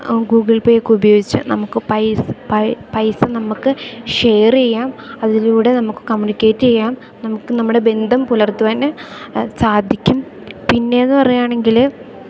Google പേയൊക്കെ ഉപയോഗിച്ച് നമുക്ക് പൈസ നമുക്ക് ഷെയർ ചെയ്യാം അതിലൂടെ നമുക്ക് കമ്മ്യൂണിക്കേറ്റ് ചെയ്യാം നമുക്ക് നമ്മുടെ ബന്ധം പുലർത്തുവാൻ സാധിക്കും പിന്നെയെന്നു പറയുകയാണെങ്കിൽ